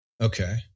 Okay